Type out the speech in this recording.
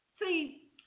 See